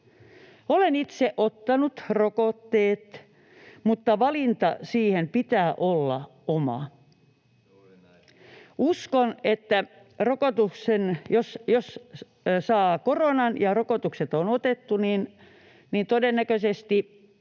Olen itse ottanut rokotteet, mutta valinnan siihen pitää olla oma. Uskon, että jos saa koronan ja rokotukset on otettu, niin todennäköisesti